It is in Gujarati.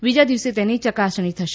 બીજા દિવસે તેની ચકાસણી થશે